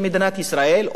אויב של הציונות?